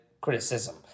criticism